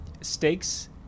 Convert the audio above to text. stakes